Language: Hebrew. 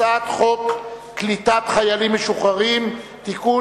הצעת חוק קליטת חיילים משוחררים (תיקון,